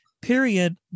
period